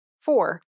Four